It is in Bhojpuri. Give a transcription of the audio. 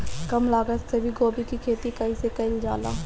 कम लागत मे गोभी की खेती कइसे कइल जाला?